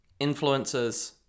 Influencers